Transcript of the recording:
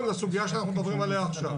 לסוגיה שאנחנו מדברים עליה עכשיו.